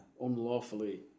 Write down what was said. Unlawfully